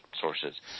sources